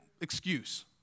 excuse